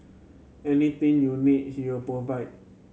anything you need he will provide